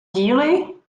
díly